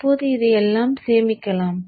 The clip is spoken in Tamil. இப்போது இதையெல்லாம் சேமிப்போம்